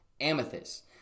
amethyst